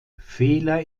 fehler